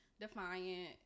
defiant